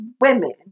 women